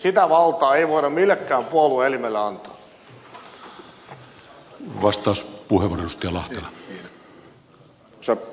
sitä valtaa ei voida millekään puolue elimelle antaa